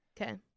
Okay